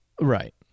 Right